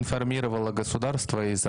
להלן תרגום חופשי)